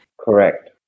Correct